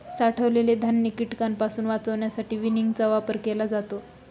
साठवलेले धान्य कीटकांपासून वाचवण्यासाठी विनिंगचा वापर केला जातो